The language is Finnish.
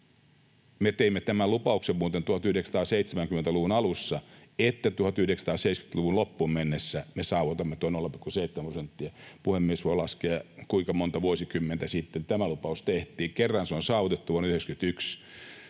teimme tämän lupauksen muuten 1970-luvun alussa, että 1970-luvun loppuun mennessä me saavutamme tuon 0,7 prosenttia. Puhemies voi laskea, kuinka monta vuosikymmentä sitten tämä lupaus tehtiin. Kerran se on saavutettu, vuonna 91,